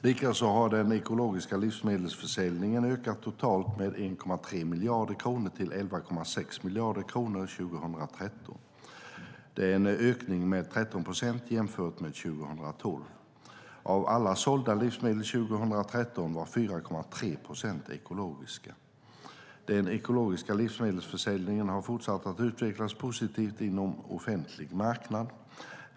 Likaså har den ekologiska livsmedelsförsäljningen ökat med totalt 1,3 miljarder kronor till 11,6 miljarder kronor 2013. Det är en ökning med 13 procent jämfört med 2012. Av alla sålda livsmedel 2013 var 4,3 procent ekologiska. Den ekologiska livsmedelsförsäljningen har fortsatt att utvecklas positivt inom offentlig marknad.